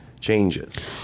changes